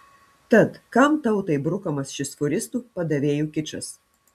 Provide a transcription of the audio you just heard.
tad kam tautai brukamas šis fūristų padavėjų kičas